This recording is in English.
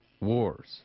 wars